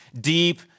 deep